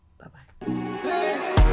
bye-bye